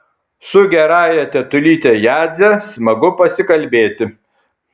su gerąja tetulyte jadze smagu pasikalbėti